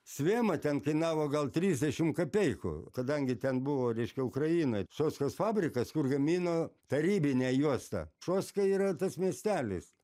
svema ten kainavo gal trisdešim kapeikų kadangi ten buvo reiškia ukrainoj soskos fabrikas kur gamino tarybinę juostą šoska yra tas miestelis